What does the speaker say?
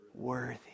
Worthy